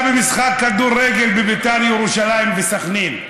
במשחק כדורגל בין בית"ר ירושלים לסח'נין,